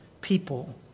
people